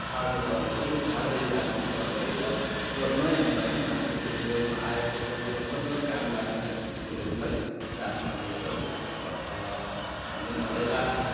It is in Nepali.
छाड्नु पर्नेहरू छाड्दै जानु पनि पर्ने रैछ र नयाँ नयाँ मान्छेको जीवनमा आएको परिवर्तन र काम लाग्ने संस्कृतिहरूलाई साथमा लिएर जानुपर्छ भन्ने मलाई लाग्छ